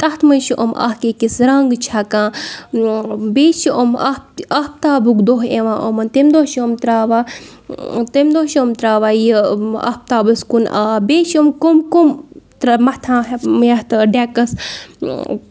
تَتھ منٛز چھُ یِم اَکھ أکِس رنٛگ چھَکان بیٚیہِ چھِ یِم اَکھ تہِ اَختابُک دۄہ یِوان یِمَن تیٚمہِ دۄہ چھِ یِم ترٛاوان تَمہِ دۄہ چھِ یِم ترٛاوان یہِ اَختابَس کُن آب بیٚیہِ چھِ یِم کٔم کٔم ترٛ مَتھان یَتھ ڈٮ۪کَس